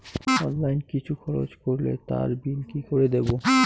Online কিছু খরচ করলে তার বিল কি করে দেবো?